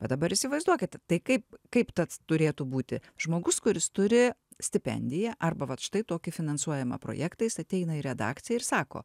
bet dabar įsivaizduokite tai kaip kaip tas turėtų būti žmogus kuris turi stipendiją arba vat štai tokį finansuojamą projektą jis ateina į redakciją ir sako